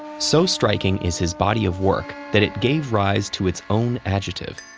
so striking is his body of work that it gave rise to its own adjective.